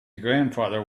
grandfather